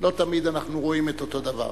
לא תמיד אנחנו רואים את אותו דבר.